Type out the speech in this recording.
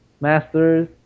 Masters